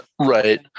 Right